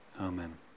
Amen